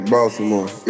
Baltimore